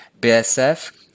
BSF